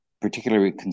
particularly